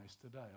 today